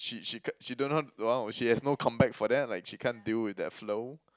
she she c~ she don't know the one she has no comeback for that like she can't deal with that flow